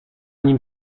nim